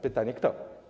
Pytanie: Kto?